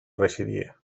residía